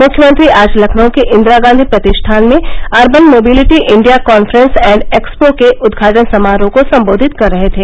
मुख्यमंत्री आज लखनऊ के इंदिरा गांधी प्रतिष्ठान में urban mobility India conference and expo के उदघाटन समारोह को सम्बोधित कर रहे थे